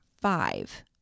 five